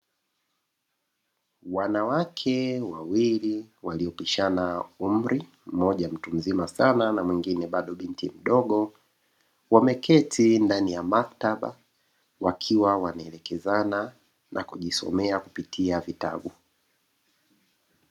Wanawake wawili waliopishana umri mmoja mtu mzima sana na mwingine bado binti mdogo, wameketi ndani ya maktaba wakiwa wanaelekezana na kujisomea kupitia vitabu.